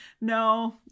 No